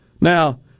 Now